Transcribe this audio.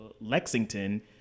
Lexington